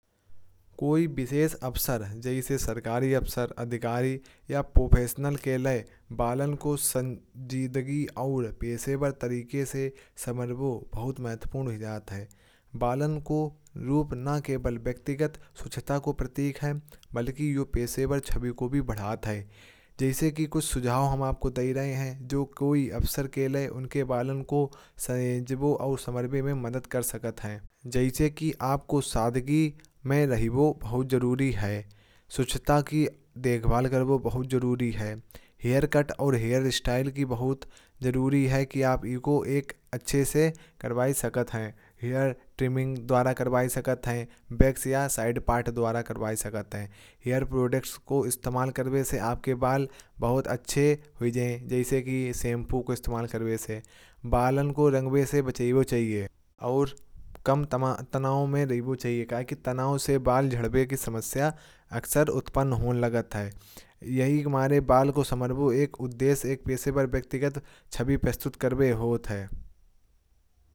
कोई विशेष अवसर जैसे सरकारी अफसर अधिकारी या प्रोफेशनल के लय। बालन को संजीदगी और पेशेवर तरीके के समर्पण बहुत महत्वपूर्ण इजात है। बालन को रूप न केवल व्यक्तिगत स्वच्छता का प्रतीक है बल्कि ये पेशेवर छवि को भी बढ़ात है। जैसे कि कुछ सुझाव हम आपको दे रहे हैं। जो कोई अवसर के लिए उनके बालन को संजो और समर्पाय में मदद कर सकत है। जैसे कि आपको सादगी में रही वो बहुत ज़रूरी है। स्वच्छता की देखभाल कर वो बहुत ज़रूरी है। हेयर कट और हेयर स्टाइल की बहुत ज़रूरी है कि आप इगो एक अच्छे से करवायी सकत हैं। हेयर ट्रिमिंग द्वारा करवायी सकत हैं बेक या साइड पार्ट द्वारा करवायी सकत है। हेयर प्रोडक्ट्स को इस्तेमाल करव से आपके बाल बहुत अच्छी हुई है। जैसे कि शैंपू को इस्तेमाल करव से बालन को रंगवे से चाहिए और कम तनाव में रीबू चाहिए। क्या है कि तनाव से बाल झड़पन की समस्या अक्सर उत्पन्न होने लगत है। यही हमारे बाल को समर्पण एक उद्देश्य एक पेशेवर व्यक्तिगत छवि प्रस्तुत कर वे होत है।